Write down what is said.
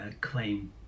claim